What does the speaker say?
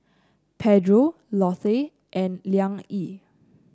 Pedro Lotte and Liang Yi